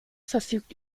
verfügt